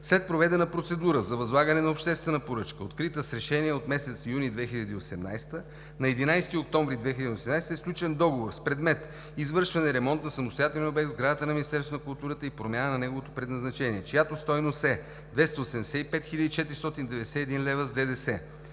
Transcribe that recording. След проведена процедура за възлагане на обществена поръчка, открита с решение от месец юни 2018 г., на 11 октомври 2018 г. е сключен договор с предмет „Извършване ремонт на самостоятелния обект в сградата на Министерството на културата и промяна на неговото предназначение“, чиято стойност е 285 хил. 491 лв. с ДДС.